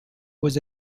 was